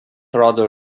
rodo